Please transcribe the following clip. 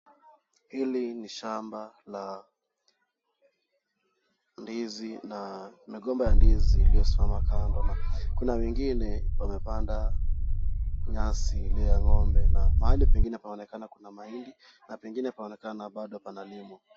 Hili ni shamba la ndizi na migomba ya ndizi iliyosimama kando na kuna wengine wamepanda nyasi ile ya ng'ombe na mahali pengine inaonekana kuna mahindi na pengine panaonekana bado panalimwa.